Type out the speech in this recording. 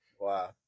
wow